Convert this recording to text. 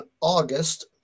august